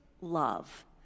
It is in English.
love